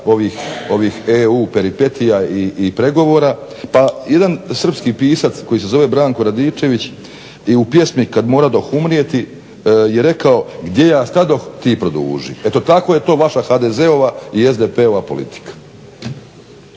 ovih EU peripetija i pregovora, pa jedan Srpski pisac koji se zove Branko Radičević je u pjesmi "Kad moradoh umrijeti" je rekao: "Gdje ja stadoh ti produži.", eto tako je to vaša HDZ-ova i SDP-ova politika.